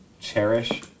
Cherish